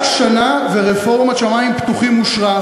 רק שנה ורפורמת "שמים פתוחים" אושרה,